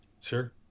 Sure